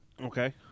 Okay